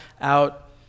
out